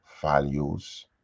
values